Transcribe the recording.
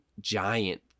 giant